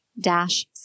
dash